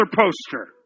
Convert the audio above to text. poster